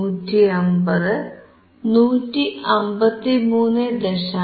150 153